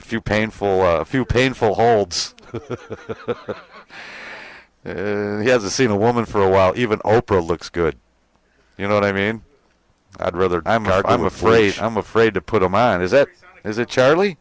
few painful few painful holds and he hasn't seen a woman for a while even oprah looks good you know what i mean i'd rather i'm afraid i'm afraid to put on mine is that as a charlie